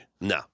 No